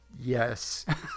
Yes